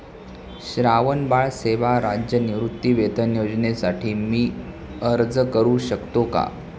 श्रावणबाळ सेवा राज्य निवृत्तीवेतन योजनेसाठी मी अर्ज करू शकतो का?